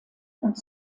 und